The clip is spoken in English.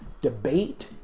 debate